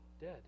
dead